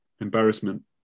embarrassment